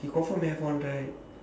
he confirm have one right